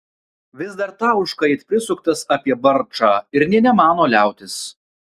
vis dar tauška it prisuktas apie barčą ir nė nemano liautis